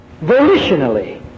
Volitionally